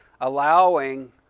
allowing